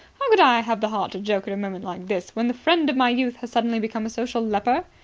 how could i have the heart to joke at a moment like this, when the friend of my youth has suddenly become a social leper?